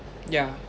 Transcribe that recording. yeah